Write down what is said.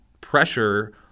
pressure